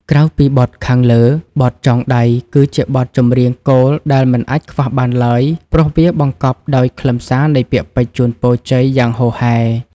ក្រៅពីបទខាងលើ បទ ចងដៃ គឺជាបទចម្រៀងគោលដែលមិនអាចខ្វះបានឡើយ ព្រោះវាបង្កប់ដោយខ្លឹមសារនៃពាក្យពេចន៍ជូនពរជ័យយ៉ាងហូរហែ។